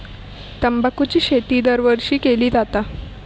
तंबाखूची शेती दरवर्षी केली जाता